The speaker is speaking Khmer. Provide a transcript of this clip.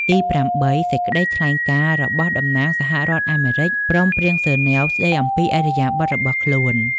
ទីប្រាំបី សេចក្តីថ្លែងការណ៍ របស់តំណាងសហរដ្ឋអាមេរិក ព្រមព្រៀងហ្សឺណែវ ស្តីអំពីឥរិយាបថរបស់ខ្លួន។